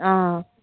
অ'